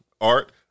art